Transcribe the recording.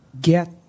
get